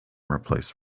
replace